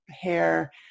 hair